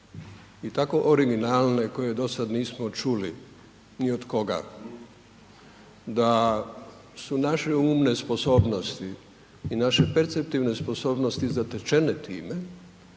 i tako originalne koje dosad nismo čuli ni od koga da su naše umne sposobnosti i naše perceptivne sposobnosti zatečene time